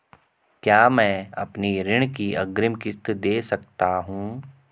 क्या मैं अपनी ऋण की अग्रिम किश्त दें सकता हूँ?